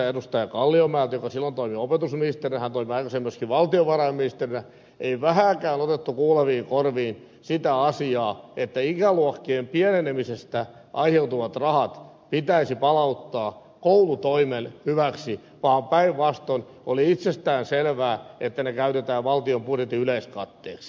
kalliomäeltä joka silloin toimi opetusministerinä hän toimi aikaisemmin myös valtiovarainministerinä ei vähääkään otettu kuuleviin korviin sitä asiaa että ikäluokkien pienenemisestä aiheutuvat rahat pitäisi palauttaa koulutoimen hyväksi vaan päinvastoin oli itsestään selvää että ne käytetään valtion budjetin yleiskatteeksi